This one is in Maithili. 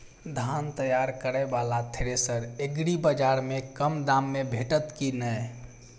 धान तैयार करय वाला थ्रेसर एग्रीबाजार में कम दाम में भेटत की नय?